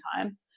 time